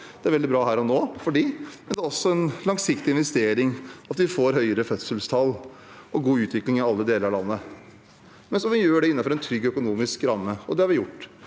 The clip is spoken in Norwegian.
Det er veldig bra for dem her og nå, men det er også en langsiktig investering at vi får høyere fødselstall og god utvikling i alle delene av landet. Så må vi gjøre det innenfor en trygg økonomisk ramme, og det har vi gjort.